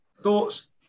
thoughts